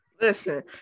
Listen